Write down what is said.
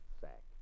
sack